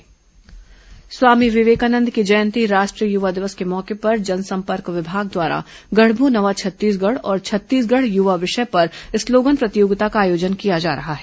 slogan प्रतियोगिता स्वामी विवेकानंद की जयंती राष्ट्रीय युवा दिवस के मौके पर जनसंपर्क विभाग द्वारा गढ़बो नवा छत्तीसगढ़ और छत्तीसगढ़ युवा विषय पर स्लोगन प्रतियोगिता का आयोजन किया जा रहा है